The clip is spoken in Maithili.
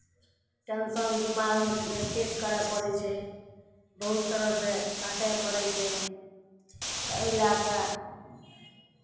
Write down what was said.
टेंसन दिमागमे सेट करय पड़ै छै बहुत तरहसँ काटय पड़ै छै तऽ एहि लए कऽ